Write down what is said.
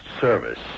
service